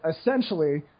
essentially